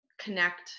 connect